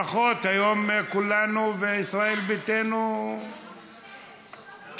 ברכות, היום כולנו וישראל ביתנו כיכבו.